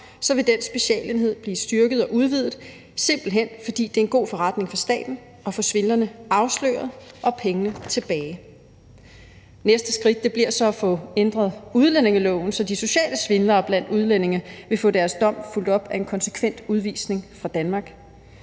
så vil den specialenhed blive styrket og udvidet, simpelt hen fordi det er en god forretning for staten at få svindlerne afsløret og pengene tilbage. Næste skridt bliver så at få ændret udlændingeloven, så de sociale svindlere blandt udlændinge vil få deres dom fulgt op af en konsekvent udvisning fra Danmark.